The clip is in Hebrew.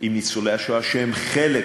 עם ניצולי השואה, שהם חלק